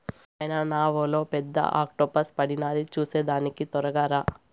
నాయనా నావలో పెద్ద ఆక్టోపస్ పడినాది చూసేదానికి తొరగా రా